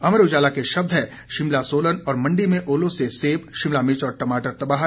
अमर उजाला के शब्द हैं शिमला सोलन और मंडी में ओलो से सेब शिमला मिर्च और टमाटर तबाह